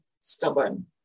stubborn